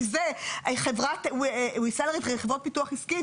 מזה חברת פיתוח עסקי,